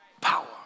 Power